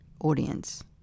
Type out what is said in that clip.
audience